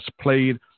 played